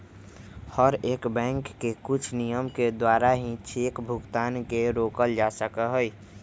हर एक बैंक के कुछ नियम के द्वारा ही चेक भुगतान के रोकल जा सका हई